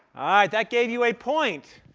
that gave you a point